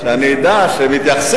כדי שאני אדע שמתייחסים.